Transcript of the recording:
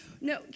No